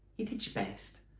you did your best